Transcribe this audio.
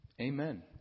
Amen